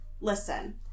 Listen